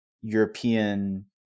European